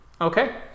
Okay